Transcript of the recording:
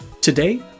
Today